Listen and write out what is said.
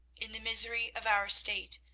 in the misery of our state,